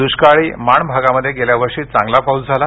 दुष्काळी माणमध्ये गेल्या वर्षी चांगला पाऊस झाला